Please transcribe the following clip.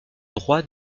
droit